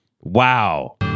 Wow